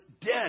dead